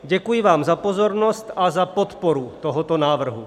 Děkuji vám za pozornost a za podporu tohoto návrhu.